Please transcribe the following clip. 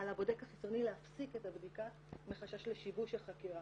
הבודק החיצוני להפסיק את הבדיקה מחשש לשיבוש החקירה.